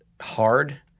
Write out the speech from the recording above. hard